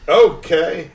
okay